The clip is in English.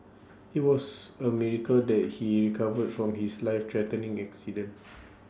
IT was A miracle that he recovered from his life threatening accident